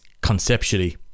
conceptually